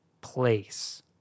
place